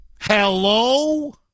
hello